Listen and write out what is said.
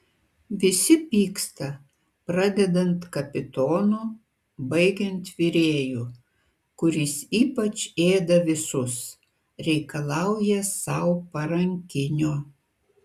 visi pyksta pradedant kapitonu baigiant virėju kuris ypač ėda visus reikalauja sau parankinio